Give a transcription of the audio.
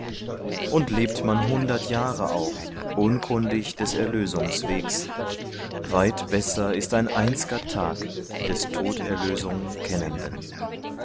und lebt man hundert jahre auch unkundig des erlösungswegs weit besser ist ein einz'ger tag des toderlösung kennenden